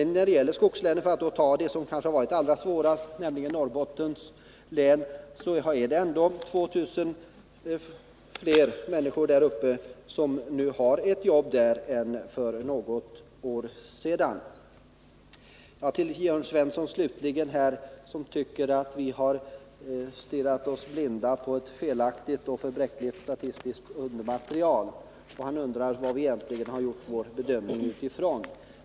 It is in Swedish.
När det gäller skogslänen, särskilt det svårast drabbade Norrbottens län, har man där ändå 2 000 fler människor i arbete än för något år sedan. Jörn Svensson, slutligen, tycker att vi har stirrat oss blinda på felaktig och bräcklig statistik. Han vill veta vad vi gjort vår bedömning ifrån.